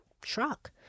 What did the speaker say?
truck